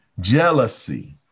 jealousy